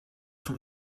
zum